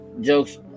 jokes